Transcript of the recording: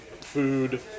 food